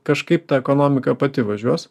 kažkaip ta ekonomika pati važiuos